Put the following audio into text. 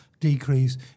decrease